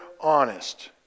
honest